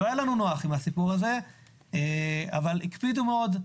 היה לנו נוח עם הסיפור הזה אבל הקפידו מאוד.